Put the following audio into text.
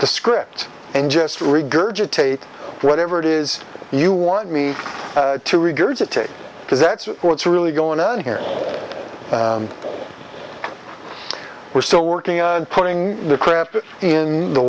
the script and just regurgitate whatever it is you want me to regurgitate because that's what's really going on here we're still working on putting the craft in the